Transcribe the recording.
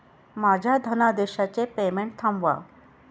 माझ्या धनादेशाचे पेमेंट थांबवा